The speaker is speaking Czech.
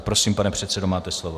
Prosím, pane předsedo, máte slovo.